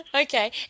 Okay